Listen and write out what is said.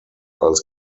als